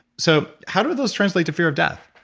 so, how do those translate to fear of death?